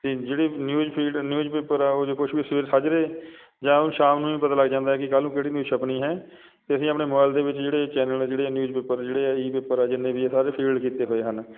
ਅਤੇ ਜਿਹੜੇ news feed newspaper ਆ ਉਹ ਜੇ ਕੁਛ ਵੀ ਸਵੇਰੇ ਸਾਜਰੇ ਜਾਂ ਸ਼ਾਮ ਨੂੰ ਵੀ ਪਤਾ ਲੱਗ ਜਾਂਦਾ ਕਿ ਕੱਲ੍ਹ ਨੂੰ ਕਿਹੜੀ ਨਿਊਜ਼ ਛਪਣੀ ਹੈ ਅਤੇ ਅਸੀਂ ਆਪਣੇ ਮੋਬਾਈਲ ਦੇ ਵਿੱਚ ਜਿਹੜੇ ਚੈਨਲ ਹੈ ਜਿਹੜੇ ਨਿਊਜ਼ ਪੇਪਰ ਜਿਹੜੇ ਆ ਈ ਪੇਪਰ ਆ ਜਿੰਨੇ ਵੀ ਆ ਸਾਰੇ ਫੀਲਡ ਕੀਤੇ ਹੋਏ ਹਨ